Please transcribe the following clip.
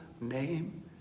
name